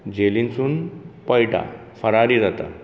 जेलिनसून पळटा फरारी जाता